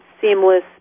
seamless